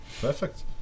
perfect